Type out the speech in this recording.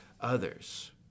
others